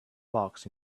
box